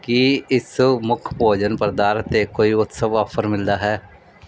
ਕੀ ਇਸ ਮੁੱਖ ਭੋਜਨ ਪਦਾਰਥ 'ਤੇ ਕੋਈ ਉਤਸਵ ਆਫ਼ਰ ਮਿਲਦਾ ਹੈ